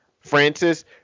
Francis